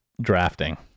drafting